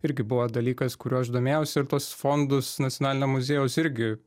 irgi buvo dalykas kuriuo aš domėjausi ir tuos fondus nacionalinio muziejaus irgi